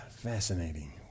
Fascinating